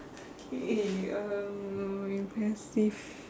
okay um impressive